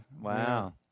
wow